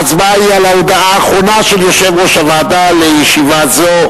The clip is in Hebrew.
ההצבעה היא על ההודעה האחרונה של יושב-ראש הוועדה לישיבה זו,